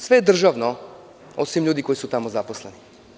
Sve je državno, osim ljudi koji su tamo zaposleni.